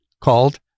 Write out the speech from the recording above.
called